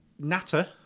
Natter